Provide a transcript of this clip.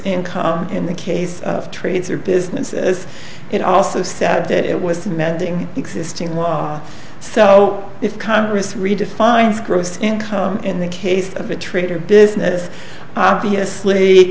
income in the case of trades or business as it also said that it was demanding existing law so if congress redefines gross income in the case of a traitor business obviously